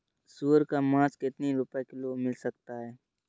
सुअर का मांस कितनी रुपय किलोग्राम मिल सकता है?